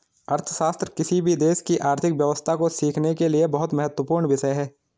अर्थशास्त्र किसी भी देश की आर्थिक व्यवस्था को सीखने के लिए बहुत महत्वपूर्ण विषय हैं